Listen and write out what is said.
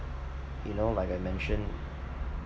you know like I mentioned